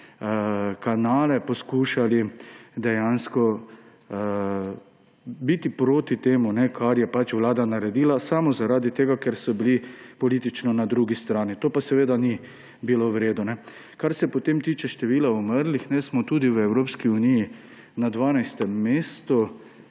kanale poskušali dejansko biti proti temu, kar je vlada naredila, samo zaradi tega, ker so bili politično na drugi strani. To pa seveda ni bilo v redu. Kar se tiče števila umrlih, smo tudi v Evropski uniji na 12. mestu,